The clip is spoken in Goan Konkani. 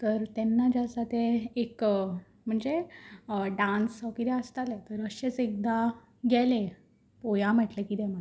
तर तेन्ना जे आसा तें एक म्हणजे डान्स वा कितें आसतालें अशेंच एकदा गेलें पोवया म्हटलें कितें